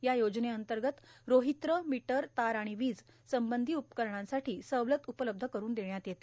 या योजनेअंतर्गत रोहित्र मीटर तार आणि वीज संबंधी उपकरणांसाठी सवलत उपलब्ध करून देण्यात येते